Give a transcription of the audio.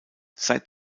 seit